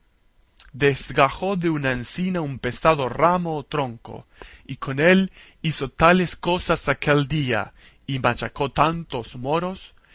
desgajó de una encina un pesado ramo o tronco y con él hizo tales cosas aquel día y machacó tantos moros